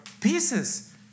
pieces